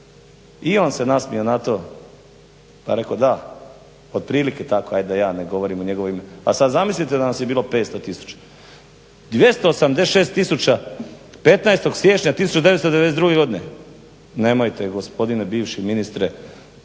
I on se nasmija na to, reko da, otprilike tako, da ja ne govorim u njegovo ime. A sad zamislite da nas je bilo 500 tisuća. 286 tisuća 15. siječnja 1992. godine, nemojte gospodine bivši ministre